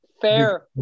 Fair